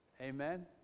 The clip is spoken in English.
Amen